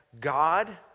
God